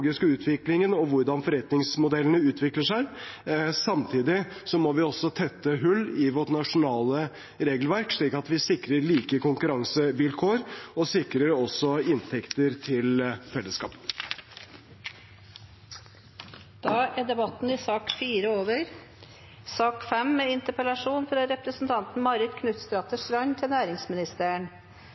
utviklingen og hvordan forretningsmodellene utvikler seg. Samtidig må vi også tette hull i vårt nasjonale regelverk, slik at vi sikrer like konkurransevilkår og også inntekter til fellesskapet. Da er debatten i sak nr. 4 over. I Norge har vi drevet med